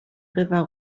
river